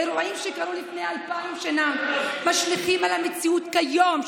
אירועים שקרו לפני אלפיים שנה משליכים על המציאות כיום,